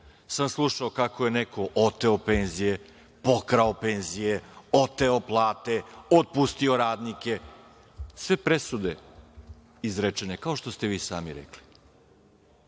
sam slušao kako je neko oteo penzije, pokrao penzije, oteo plate, otpustio radnike. Sve presude izrečene, kao što ste vi sami rekli.